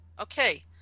Okay